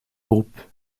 groupe